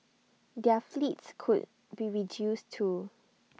their fleets could be reduced too